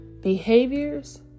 behaviors